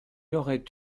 aurait